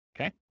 okay